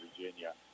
Virginia